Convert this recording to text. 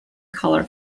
color